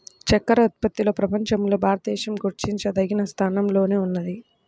చక్కర ఉత్పత్తిలో ప్రపంచంలో భారతదేశం గుర్తించదగిన స్థానంలోనే ఉన్నది